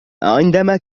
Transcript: عندما